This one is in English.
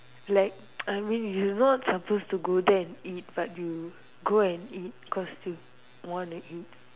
like I mean you are not supposed to go there and eat but you go and eat cause you want to eat